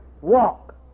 walk